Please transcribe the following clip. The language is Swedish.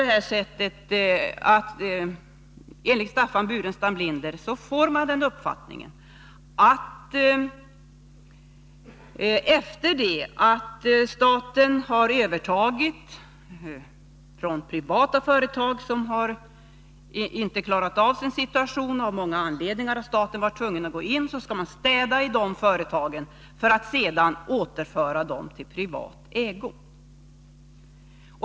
Det verkar som om Staffan Burenstam Linder har följande uppfattning: Efter det att staten har ”städat” i de privata företag som av många anledningar inte har klarat av sin situation och som staten därför har varit tvungen att överta skall dessa företag återföras till privat ägo.